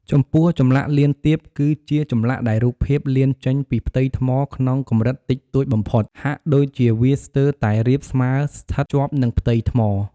ចំពោះ ចម្លាក់លៀនទាប គឺជាចម្លាក់ដែលរូបភាពលៀនចេញពីផ្ទៃថ្មក្នុងកម្រិតតិចតួចបំផុត ហាក់ដូចជាវាស្ទើរតែរាបស្មើសិ្ថតជាប់នឹងផ្ទៃថ្ម។